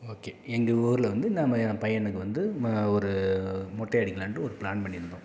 okay எங்கள் ஊரில் வந்து நாம என் பையனுக்கு வந்து ம ஒரு மொட்டை அடிக்கலான்ட்டு ஒரு ப்ளான் பண்ணிருந்தோம்